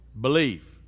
Believe